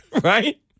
Right